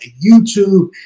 YouTube